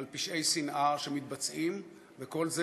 על פשעי שנאה שמתבצעים, וכל זה